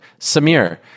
Samir